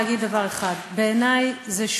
להגיד דבר אחד: בעיני זה,